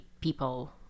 people